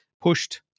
pushed